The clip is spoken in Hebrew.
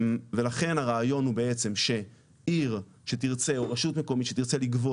ולכן הרעיון הוא בעצם שעיר שתרצה רשות מקומית שתרצה לגבות